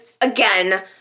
again